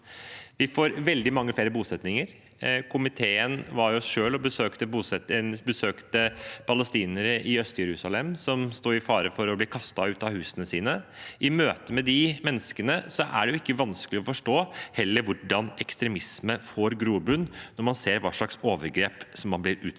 Vi får veldig mange flere bosettinger. Komiteen besøkte selv palestinere i Øst-Jerusalem som står i fare for å bli kastet ut av husene sine. I møte med disse menneskene er det heller ikke vanskelig å forstå hvordan ekstremisme får grobunn, når man ser hva slags overgrep de blir utsatt